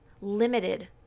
limited